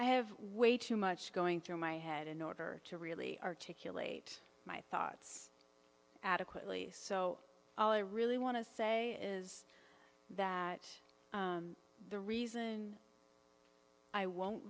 i have way too much going through my head in order to really articulate my thoughts adequately so all i really want to say is that the reason i won't